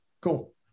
Cool